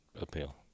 appeal